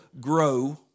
grow